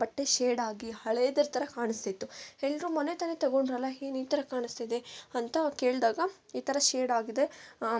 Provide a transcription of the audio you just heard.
ಬಟ್ಟೆ ಶೇಡಾಗಿ ಹಳೇದರ ಥರ ಕಾಣಿಸ್ತಿತ್ತು ಎಲ್ರು ಮೊನ್ನೆ ತಾನೇ ತೊಗೊಂಡ್ರಲ್ಲ ಏನು ಈ ಥರ ಕಾಣಿಸ್ತಿದೆ ಅಂತ ಕೇಳ್ದಾಗ ಈ ಥರ ಶೇಡಾಗಿದೆ